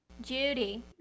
Judy